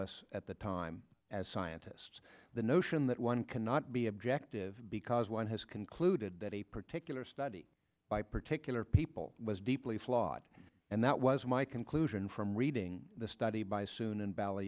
us at the time as scientists the notion that one cannot be objective because one has concluded that a particular study by particular people was deeply flawed and that was my conclusion from reading the study by soon and ball